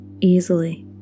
easily